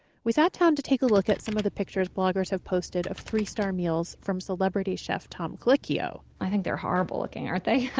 we sat down to look at some of the pictures bloggers have posted of three-star meals from celebrity chef tom colicchio i think they're horrible looking, aren't they? yeah